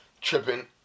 tripping